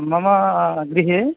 मम गृहे